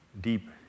deep